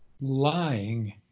Lying